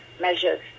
measures